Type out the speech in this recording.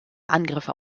angriffe